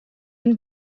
энэ